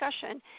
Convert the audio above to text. discussion